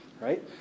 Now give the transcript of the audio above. right